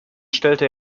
stellte